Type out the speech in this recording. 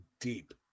deep